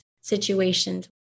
situations